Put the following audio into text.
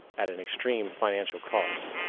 at an extreme financial cost.